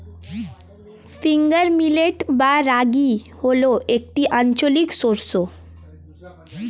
finger millet বা রাগী হল একটি আঞ্চলিক শস্য